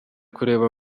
kureba